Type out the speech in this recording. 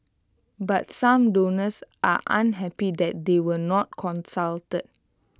but some donors are unhappy that they were not consulted